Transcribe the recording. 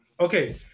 Okay